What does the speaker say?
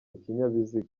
ikinyabiziga